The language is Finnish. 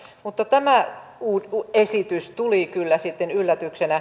mutta tämä esitys tuli kyllä sitten yllätyksenä